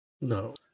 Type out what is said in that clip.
no